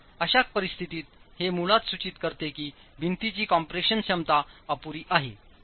आता अशा परिस्थितीत हे मुळात सूचित करते की भिंतीची कॉम्प्रेशन क्षमता अपुरी आहे